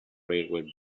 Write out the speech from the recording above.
railway